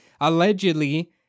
allegedly